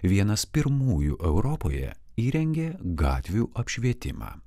vienas pirmųjų europoje įrengė gatvių apšvietimą